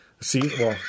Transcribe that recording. See